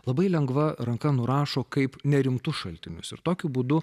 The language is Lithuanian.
labai lengva ranka nurašo kaip nerimtus šaltinius ir tokiu būdu